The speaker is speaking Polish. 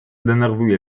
denerwuje